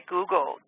Google